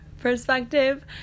perspective